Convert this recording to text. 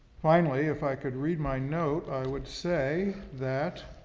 finally, if i could read my note, i would say that,